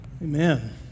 Amen